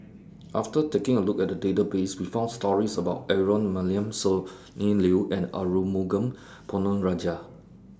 after taking A Look At The Database We found stories about Aaron Maniam Sonny Liew and Arumugam Ponnu Rajah